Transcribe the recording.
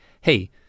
hey